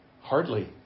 Hardly